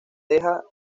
teja